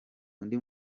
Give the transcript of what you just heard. undi